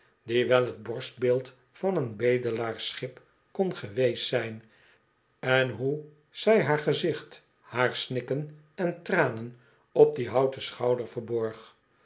die wel t borstbeeld van een bedelaars schip kon geweest zijn en hoe zij haar gezicht haar snikken en tranen op dien houten schouder verborg